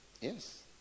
Yes